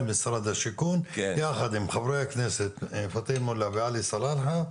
משרד השיכון יחד עם חברי הכנסת פטין מולא ועלי סלאלחה,